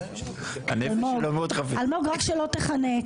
אלמוג, רק שלא תיחנק.